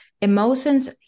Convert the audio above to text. emotions